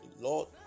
Lord